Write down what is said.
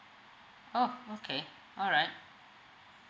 orh okay alright